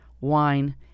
wine